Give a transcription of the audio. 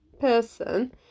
person